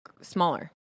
smaller